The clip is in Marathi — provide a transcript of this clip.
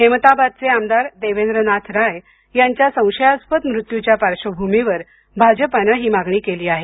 हेमताबादचे आमदार देवेंद्रनाथ राय यांच्या संशयास्पद मृत्युच्या पार्श्वभूमीवर भाजपानं ही मागणी केली आहे